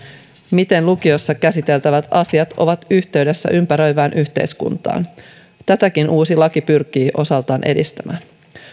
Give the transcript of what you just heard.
miten lukiossa käsiteltävät asiat ovat yhteydessä ympäröivään yhteiskuntaan tätäkin uusi laki pyrkii osaltaan edistämään